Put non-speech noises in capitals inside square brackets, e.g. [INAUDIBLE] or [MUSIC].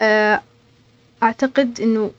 أ [HESITATION] أعتقد أنو